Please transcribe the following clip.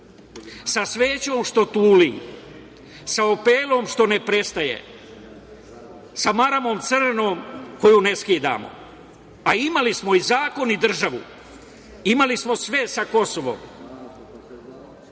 sa svećom što tuli, sa opelom što ne prestaje, sa maramom crnom koju ne skidamo, a imali smo i zakon i državu. Imali smo sve sa Kosovom. Gospodo